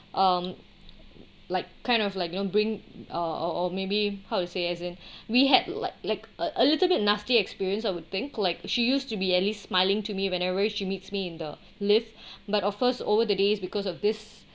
um like kind of like you know bring or or or maybe how to say as in we had like like a a little bit nasty experience I would think like she used to be at least smiling to me whenever she meets me in the lift but of course over the days because of this